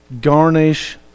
garnish